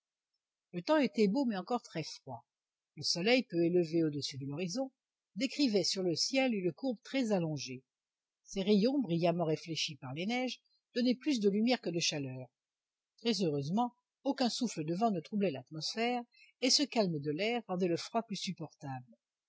le temps était beau mais encore très froid le soleil peu élevé au-dessus de l'horizon décrivait sur le ciel une courbe très allongée ses rayons brillamment réfléchis par les neiges donnaient plus de lumière que de chaleur très heureusement aucun souffle de vent ne troublait l'atmosphère et ce calme de l'air rendait le froid plus supportable